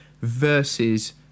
versus